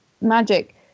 magic